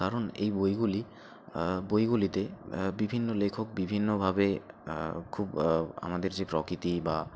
কারণ এই বইগুলি বইগুলিতে বিভিন্ন লেখক বিভিন্নভাবে খুব আমাদের যে প্রকৃতি বা